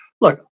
Look